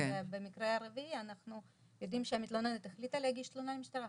ובמקרה הרביעי אנחנו יודעים שהמתלוננת החליטה להגיש תלונה למשטרה,